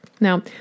Now